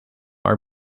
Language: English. are